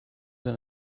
than